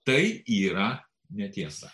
tai yra netiesa